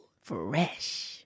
Fresh